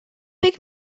pick